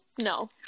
no